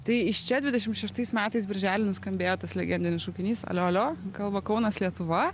tai iš čia dvidešim šeštais metais birželį nuskambėjo tas legendinis šaukinys alio alio kalba kaunas lietuva